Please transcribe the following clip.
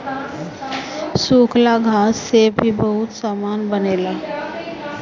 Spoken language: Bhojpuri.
सूखल घास से भी बहुते सामान बनेला